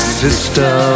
sister